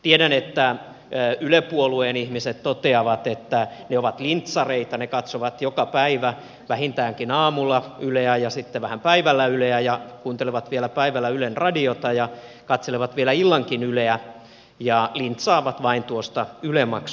tiedän että yle puolueen ihmiset toteavat että he ovat lintsareita he katsovat joka päivä vähintäänkin aamulla yleä ja sitten vähän päivällä yleä ja kuuntelevat vielä päivällä ylen radiota ja katselevat vielä illankin yleä ja lintsaavat vain tuosta yle maksusta